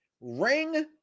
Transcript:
ring